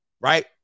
right